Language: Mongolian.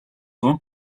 зун